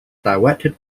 directed